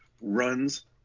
runs